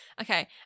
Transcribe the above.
Okay